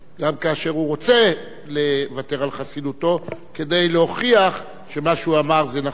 גם כאשר הוא רוצה לוותר על חסינותו כדי להוכיח שמה שהוא אמר זה נכון,